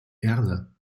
erle